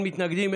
אין מתנגדים,